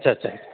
अच्छा अच्छा